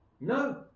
No